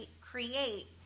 create